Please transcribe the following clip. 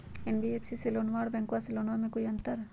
NBFC से लोनमा आर बैंकबा से लोनमा ले बे में कोइ अंतर?